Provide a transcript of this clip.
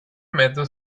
mezzo